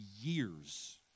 years